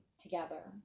together